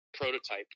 prototype